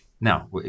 Now